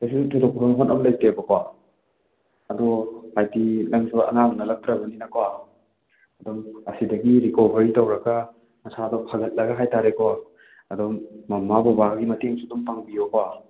ꯀꯩꯁꯨ ꯊꯣꯏꯗꯣꯛꯄ ꯍꯣꯠꯅꯕ ꯂꯩꯇꯦꯕꯀꯣ ꯑꯗꯣ ꯍꯥꯏꯗꯤ ꯅꯪꯁꯨ ꯑꯉꯥꯡ ꯅꯠꯂꯛꯇ꯭ꯔꯕꯅꯤꯅꯀꯣ ꯑꯗꯨꯝ ꯑꯁꯤꯗꯒꯤ ꯔꯤꯀꯣꯕꯔꯤ ꯇꯧꯔꯒ ꯅꯁꯥꯗꯣ ꯐꯒꯠꯂꯒ ꯍꯥꯏ ꯇꯥꯔꯦꯀꯣ ꯑꯗꯨꯝ ꯃꯃꯥ ꯕꯕꯥꯒꯤ ꯃꯇꯦꯡꯁꯨ ꯑꯗꯨꯝ ꯄꯥꯡꯕꯤꯌꯣꯀꯣ